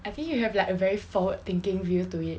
I think you have like a very forward thinking view to it